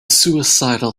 suicidal